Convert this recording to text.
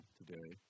today